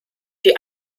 die